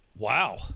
Wow